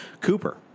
Cooper